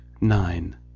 nine